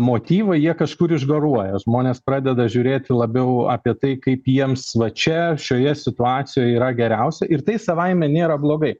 motyvai jie kažkur išgaruoja žmonės pradeda žiūrėti labiau apie tai kaip jiems va čia šioje situacijoje yra geriausia ir tai savaime nėra blogai